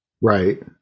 Right